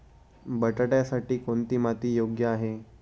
बटाट्यासाठी कोणती माती योग्य आहे?